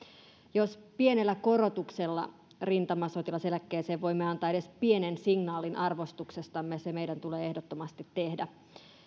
jos pienellä korotuksella rintamasotilaseläkkeeseen voimme antaa edes pienen signaalin arvostuksestamme se meidän tulee ehdottomasti tehdä